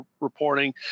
reporting